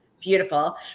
beautiful